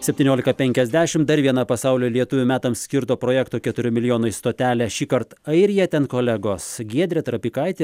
septyniolika penkiasdešim dar viena pasaulio lietuvių metams skirto projekto keturi milijonai stotelė šįkart airija ten kolegos giedrė trapikaitė